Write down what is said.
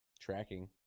tracking